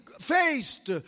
faced